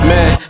Man